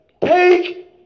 take